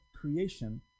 creation